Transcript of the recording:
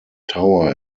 tower